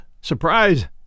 Surprise